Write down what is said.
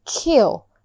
kill